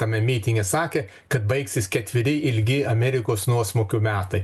tame mitinge sakė kad baigsis ketveri ilgi amerikos nuosmūkių metai